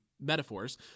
metaphors